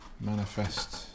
Manifest